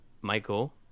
Michael